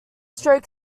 stoke